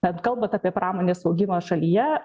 bet kalbant apie pramonės augimą šalyje